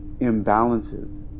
imbalances